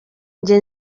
njye